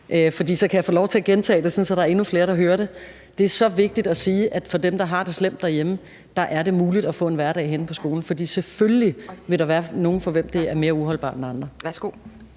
For så kan jeg få lov til at gentage det, så der er endnu flere, der hører det. Det er så vigtigt at sige, at for dem, der har det slemt derhjemme, er det muligt at få en hverdag henne på skolen. For selvfølgelig vil der være nogle, for hvem det er mere uholdbart end andre. Kl.